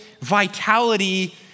vitality